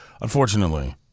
unfortunately